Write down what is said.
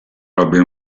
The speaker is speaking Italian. robin